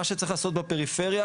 מה שצריך לעשות בפריפריה,